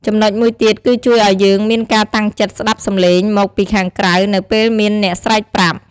ចំំណុចមួយទៀតគឺជួយឱ្យយើងមានការតាំងចិត្តស្តាប់សម្លេងមកពីខាងក្រៅនៅពេលមានអ្នកស្រែកប្រាប់។